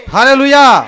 Hallelujah